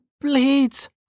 Blades